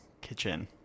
Kitchen